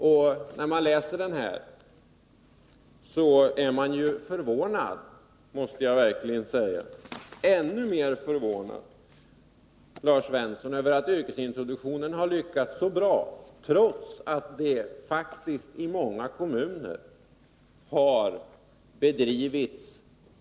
Jag måste säga att man när man har läst den, Lars Svensson, verkligen är förvånad över att yrkesintroduktionen har lyckats så bra trots att den faktiskt i många kommuner har motarbetats.